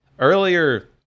Earlier